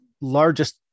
largest